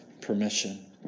permission